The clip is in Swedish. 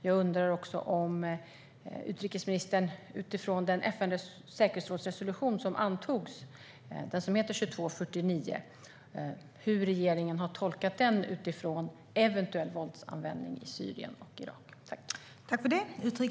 Jag undrar om utrikesministern kan säga hur regeringen har tolkat FN:s säkerhetsråds antagna resolution 2249 utifrån eventuell våldsanvändning i Syrien och Irak.